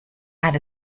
out